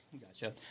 Gotcha